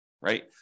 right